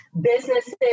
businesses